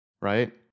Right